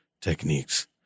techniques